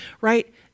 right